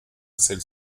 celle